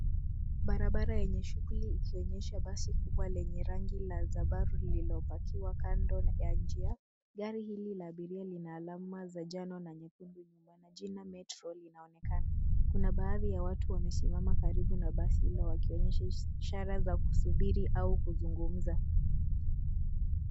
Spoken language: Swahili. Barabara yenye shughuli ikionyesha basi kubwa lenye rangi la zabaru lililopakiwa kando ya njia. Gari hili la abiria lina alama za njano na nyekundu na jina METRO linaonekana. Kuna baadhi ya watu wamesimama karibu na basi hilo wakionyesha ishara za kusubiri au kuzungumza.